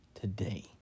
today